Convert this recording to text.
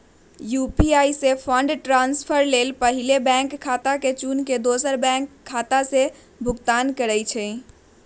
UPI से fund transfer लेल पहिले बैंक खता के चुन के दोसर बैंक खता से भुगतान करइ छइ